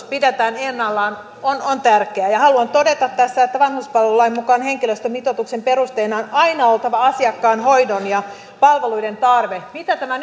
pidetään ennallaan on on tärkeä haluan todeta tässä että vanhuspalvelulain mukaan henkilöstömitoituksen perusteena on aina oltava asiakkaan hoidon ja palveluiden tarve mitä tämä